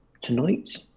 Tonight